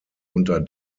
unter